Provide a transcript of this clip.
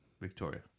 victoria